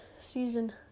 season